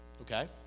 Okay